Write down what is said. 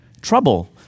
trouble